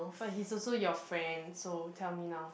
but he's also your friend so tell me now